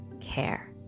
care